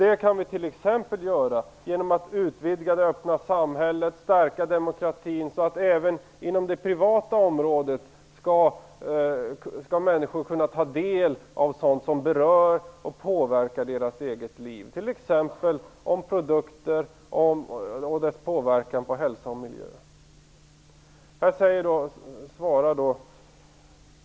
Det kan vi göra t.ex. genom att utvidga det öppna samhället och stärka demokratin så att människor även inom det privata området skall kunna ta del av sådant som berör och påverkar deras eget liv, t.ex. uppgifter om produkter och deras påverkan på hälsa och miljö.